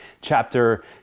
chapter